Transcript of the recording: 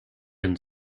end